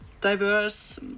diverse